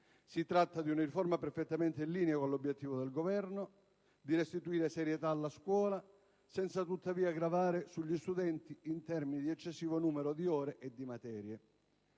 Si tratta di una riforma perfettamente in linea con l'obiettivo del Governo di restituire serietà alla scuola, senza tuttavia gravare sugli studenti in termini di eccessivo numero di ore e di materie.